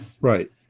Right